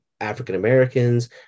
african-americans